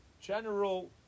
General